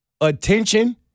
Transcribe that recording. attention